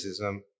racism